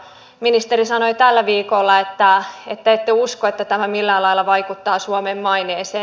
ministeri sanoitte tällä viikolla että ette usko että tämä millään lailla vaikuttaa suomen maineeseen